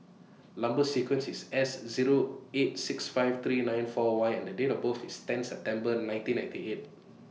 Number sequence IS S Zero eight six five three nine four Y and Date of birth IS ten September nineteen ninety eight